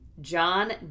John